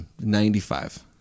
95